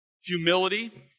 humility